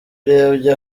urebye